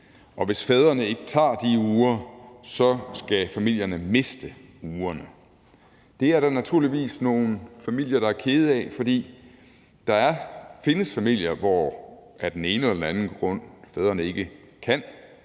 og hvis fædrene ikke tager de uger, skal familierne miste ugerne. Det er der naturligvis nogle familier der er kede af, for der findes familier, hvor fædrene af den ene eller den anden grund ikke kan